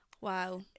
Wow